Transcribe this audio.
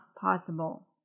possible